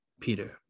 Peter